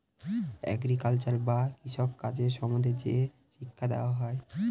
agriculture বা কৃষি কাজ সম্বন্ধে যে শিক্ষা দেওয়া হয়